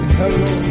hello